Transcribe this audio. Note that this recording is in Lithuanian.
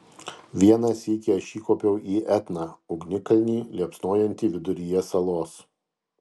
vieną sykį aš įkopiau į etną ugnikalnį liepsnojantį viduryje salos